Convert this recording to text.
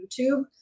YouTube